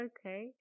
Okay